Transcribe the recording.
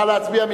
נא להצביע.